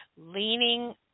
leaning